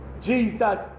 Jesus